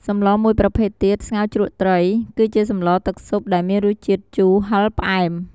សម្លមួយប្រភេទទៀត ស្ងោរជ្រក់ត្រី គឺជាសម្លរទឹកស៊ុប ដែលមានរសជាតិជូរ ហឹរ ផ្អែម។